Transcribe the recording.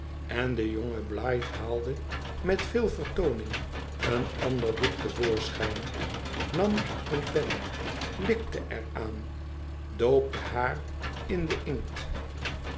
en de jonge biight haalde met veel vertooning een ander boek te voorschijn nam eene pen likte er aan doopte haar in den inkt